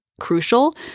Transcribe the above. crucial